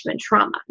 trauma